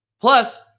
Plus